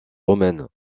romaines